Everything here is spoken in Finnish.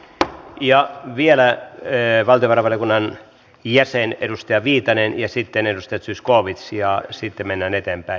ja vielä valtiovarainvaliokunnan jäsen edustaja viitanen ja sitten edustajat zyskowicz ja sitten mennään eteenpäin